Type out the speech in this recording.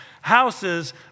Houses